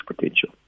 potential